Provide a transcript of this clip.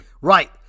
Right